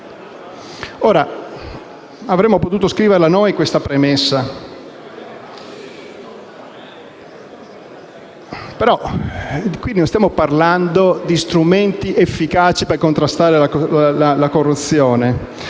Avremmo potuto scriverla noi questa premessa, però non stiamo parlando di strumenti efficaci per contrastare la corruzione: